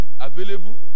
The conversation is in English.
available